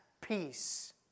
peace